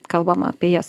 kalbama apie jas